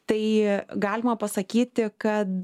tai galima pasakyti kad